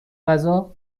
غذا